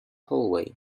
hallway